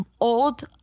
old